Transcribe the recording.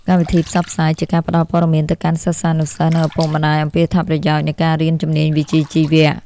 កម្មវិធីផ្សព្វផ្សាយ ជាការផ្តល់ព័ត៌មានទៅកាន់សិស្សានុសិស្ស និងឪពុកម្តាយអំពីអត្ថប្រយោជន៍នៃការរៀនជំនាញវិជ្ជាជីវៈ។